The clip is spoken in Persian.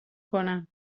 کنم